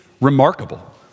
remarkable